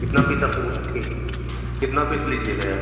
कितना पीस आपको वो के कितना पीस लीजिएगा आप